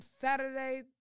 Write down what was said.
Saturday